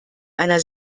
einer